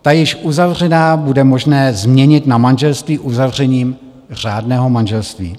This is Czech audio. Ta již uzavřená bude možné změnit na manželství uzavřením řádného manželství.